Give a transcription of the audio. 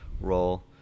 role